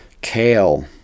kale